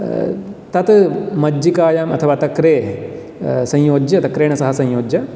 तत् मज्जिकायाम् अथवा तक्रे संयोज्य तक्रेण सह संयोज्य